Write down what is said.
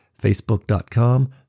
Facebook.com